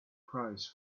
price